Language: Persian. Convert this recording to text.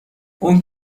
اون